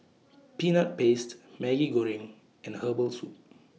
Peanut Paste Maggi Goreng and Herbal Soup